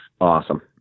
awesome